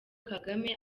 kagame